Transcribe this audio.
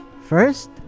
First